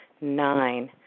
Nine